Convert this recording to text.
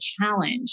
challenge